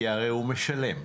כי הרי הוא משלם.